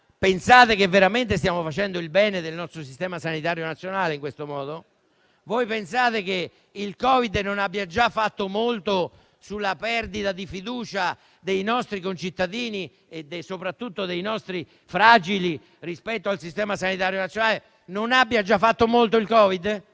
pensano che veramente stiamo facendo il bene del nostro Sistema sanitario nazionale in questo modo. Pensano che il Covid non abbia già inciso molto sulla perdita di fiducia dei nostri concittadini e soprattutto dei nostri fragili rispetto al Sistema sanitario nazionale? Ci mettiamo sopra